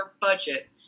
budget